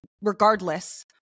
regardless